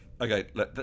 Okay